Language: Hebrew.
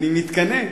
אני מתקנא.